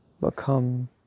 become